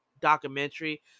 documentary